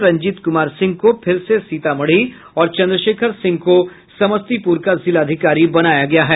रंजीत कुमार सिंह को फिर से सीतामढ़ी और चन्द्रशेखर सिंह को समस्तीपुर का जिलाधिकारी बनाया गया है